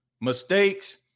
mistakes